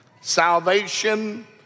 salvation